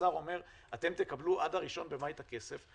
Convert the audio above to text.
כששר אומר אתם תקבלו עד ה-1 במאי את הכסף,